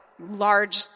large